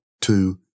Two